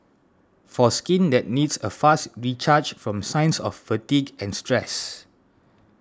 for skin that needs a fast recharge from signs of fatigue and stress